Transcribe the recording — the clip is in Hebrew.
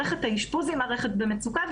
מערכת האשפוז היא מערכת במצוקה,